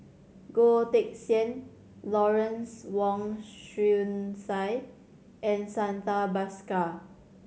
Goh Teck Sian Lawrence Wong Shyun Tsai and Santha Bhaskar